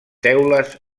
teules